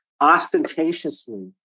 ostentatiously